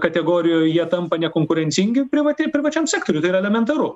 kategorijoj jie tampa nekonkurencingi privati privačiam sektoriui tai yra elementaru